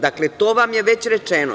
Dakle, to vam je već rečeno.